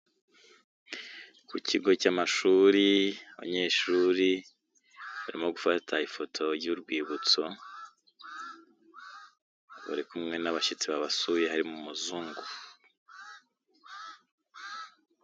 Ku kigo cy'amashuri, abanyeshuri barimo gufata ifoto y'urwibutso, bari kumwe n'abashyitsi babasuye harimo umuzungu.